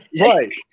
Right